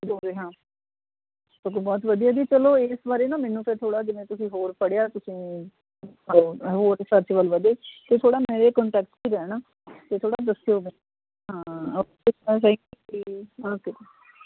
ਦੋਵੇਂ ਹਾਂ ਸਗੋਂ ਬਹੁਤ ਵਧੀਆ ਜੀ ਚਲੋ ਇਸ ਬਾਰੇ ਨਾ ਮੈਨੂੰ ਫਿਰ ਥੋੜ੍ਹਾ ਜਿਵੇਂ ਤੁਸੀਂ ਹੋਰ ਪੜ੍ਹਿਆ ਤੁਸੀਂ ਹੋਰ ਹੋਰ ਰਿਸਰਚ ਵੱਲ ਵਧੇ ਅਤੇ ਥੋੜ੍ਹਾ ਮੇਰੇ ਕੋਂਟੈਕਟ 'ਚ ਰਹਿਣਾ ਅਤੇ ਥੋੜ੍ਹਾ ਦੱਸਿਓ ਹਾਂ